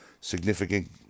significant